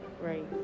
Right